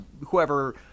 whoever